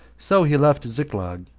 so he left ziklag,